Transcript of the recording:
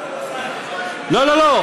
לא, לא.